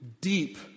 deep